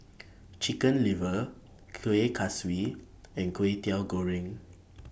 Chicken Liver Kueh Kaswi and Kwetiau Goreng